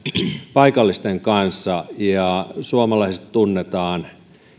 paikallisten kanssa suomalaiset rauhanturvaajat tunnetaan